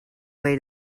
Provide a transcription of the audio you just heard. way